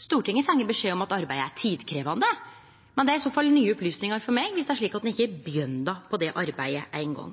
Stortinget har fått beskjed om at arbeidet er tidkrevjande, men det er i så fall nye opplysningar for meg viss det er slik at dei ikkje har begynt på det arbeidet eingong.